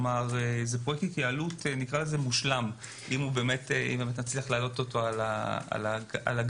זה פרויקט התייעלות מושלם אם נצליח להעלות אותו על הגל.